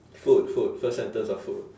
food food first sentence are food